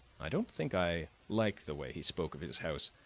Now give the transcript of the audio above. i don't think i like the way he spoke of his house.